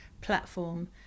platform